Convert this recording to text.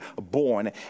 born